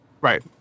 Right